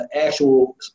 actual